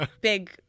big